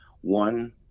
one